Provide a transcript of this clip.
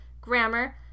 grammar